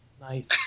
Nice